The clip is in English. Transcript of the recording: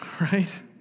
right